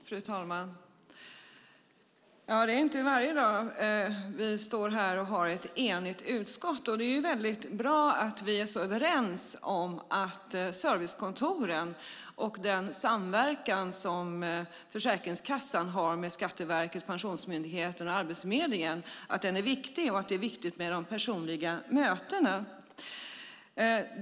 Fru talman! Det är inte varje dag vi står här som ett enigt utskott. Det är väldigt bra att vi är så överens om att servicekontoren och den samverkan som Försäkringskassan har med Skatteverket, Pensionsmyndigheten och Arbetsförmedlingen är viktig och att det är viktigt med de personliga mötena.